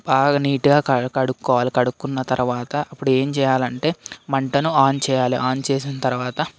బాగా నీట్గా కడుక్కోవాలి కడుక్కున్న తర్వాత అప్పుడు ఏం చేయాలంటే మంటను ఆన్ చేయాలి ఆన్ చేసిన తర్వాత